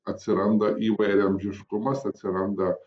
atsiranda įvairiaamžiškumas atsiranda